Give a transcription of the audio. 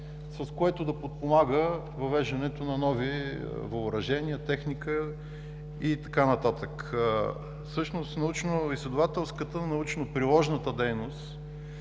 с което да подпомага въвеждането на нови въоръжения, техника и така нататък. Всъщност научноизследователската, научно-приложната дейност